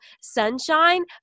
sunshine